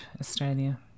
Australia